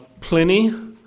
Pliny